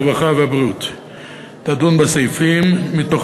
הרווחה והבריאות תדון בסעיפים מתוך